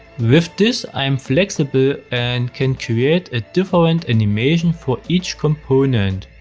with this, i'm flexible and can create a different animation for each component,